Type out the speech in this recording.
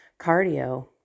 cardio